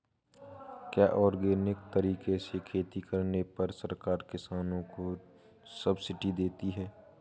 क्या ऑर्गेनिक तरीके से खेती करने पर सरकार किसानों को सब्सिडी देती है?